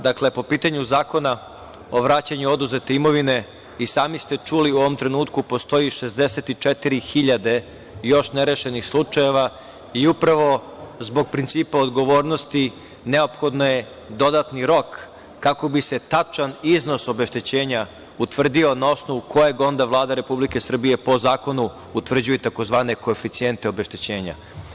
Dakle, po pitanju Zakona o vraćanju oduzete imovine i sami ste čuli da u ovom trenutku postoji 64 hiljade još nerešenih slučajeva i upravo zbog principa odgovornosti neophodan je dodatni rok, kako bi se tačan iznos obeštećenja utvrdio, na osnovu kojeg onda Vlada Republike Srbije, po zakonu, utvrđuje tzv. koeficijente obeštećenja.